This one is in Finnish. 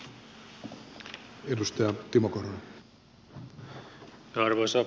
arvoisa puhemies